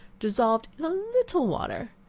dissolved in a little water.